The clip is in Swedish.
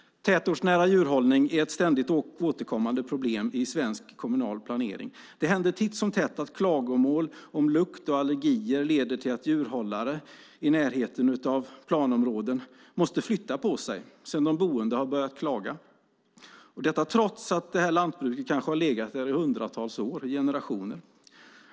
Tätortsnära djurhållning är ett ständigt återkommande problem i svensk kommunal planering. Det händer titt som tätt att klagomål på lukt och allergier leder till att djurhållare i närheten av planområden måste flytta på sig sedan de boende har börjat klaga, detta trots att lantbruket kanske har legat där i hundratals år, ja i generationer.